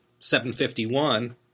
751